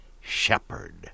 shepherd